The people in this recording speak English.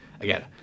again